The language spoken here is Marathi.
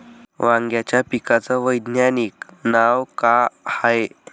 वांग्याच्या पिकाचं वैज्ञानिक नाव का हाये?